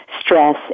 stress